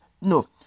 no